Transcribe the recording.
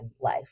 life